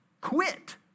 quit